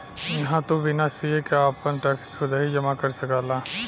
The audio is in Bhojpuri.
इहां से तू बिना सीए के आपन टैक्स खुदही जमा कर सकला